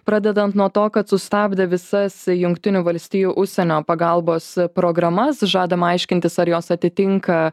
pradedant nuo to kad sustabdė visas jungtinių valstijų užsienio pagalbos programas žadama aiškintis ar jos atitinka